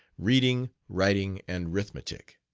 reading riting and rithmetic.